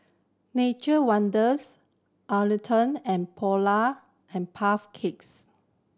Nature Wonders Atherton and Polar and Puff Cakes